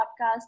podcast